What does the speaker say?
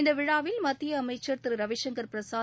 இந்த விழாவில் மத்திய அமைச்சர் ரவிசுங்கர் பிரசாத்